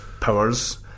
powers